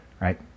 right